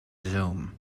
zoom